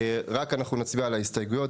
אלא רק נצביע על ההסתייגויות.